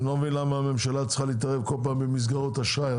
אני לא מבין למה הממשלה צריכה להתערב כול פעם במסגרות אשראי,